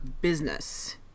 business